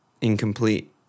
incomplete